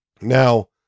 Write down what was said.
Now